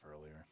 earlier